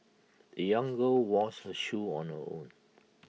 the young girl washed her shoes on her own